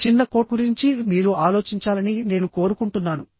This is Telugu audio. ఈ చిన్న కోట్ గురించి మీరు ఆలోచించాలని నేను కోరుకుంటున్నాను